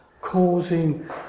causing